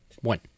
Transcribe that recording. One